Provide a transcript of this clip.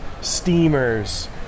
steamers